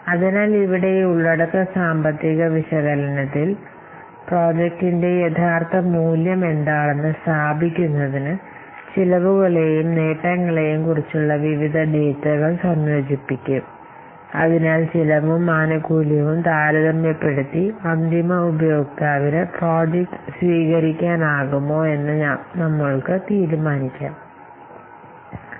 അതിനാൽ ഇവിടെ ഈ ഉള്ളടക്ക സാമ്പത്തിക വിശകലനത്തിൽ ഇത് സംയോജിപ്പിക്കും പ്രോജക്റ്റിന്റെ യഥാർത്ഥ മൂല്യം എന്താണെന്ന് സ്ഥാപിക്കുന്നതിന് ഈ വിഭാഗം വിവിധ വിലയും ആനുകൂല്യ ഡാറ്റയും സംയോജിപ്പിക്കും അന്തിമ ഉപയോക്താവിന് പ്രോജക്റ്റ് അംഗീകരിക്കാൻ കഴിയുമോ ചെലവും ആനുകൂല്യങ്ങളും താരതമ്യപ്പെടുത്തിക്കൊണ്ടല്ല ഡവലപ്പർക്ക് പദ്ധതി സ്വീകരിക്കാൻ കഴിയുക